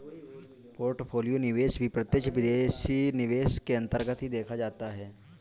portfolio निवेश भी प्रत्यक्ष विदेशी निवेश के अन्तर्गत ही देखा जाता है